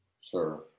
Sure